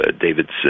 David